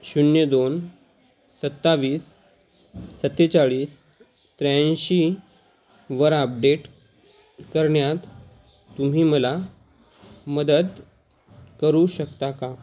शून्य दोन सत्तावीस सत्तेचाळीस त्र्याऐंशीवर आपडेट करण्यात तुम्ही मला मदत करू शकता का